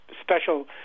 special